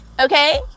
Okay